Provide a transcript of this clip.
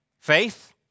Faith